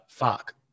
fuck